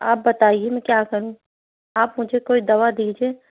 آپ بتائیے میں کیا کروں آپ مجھے کوئی دوا دیجیے